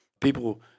People